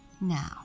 Now